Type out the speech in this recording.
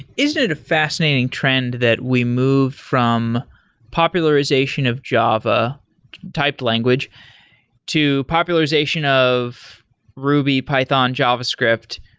is it a fascinating trend that we moved from popularization of java type language to popularization of ruby, python, javascript,